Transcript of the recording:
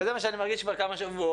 וזה מה שאני מרגיש כבר כמה שבועות.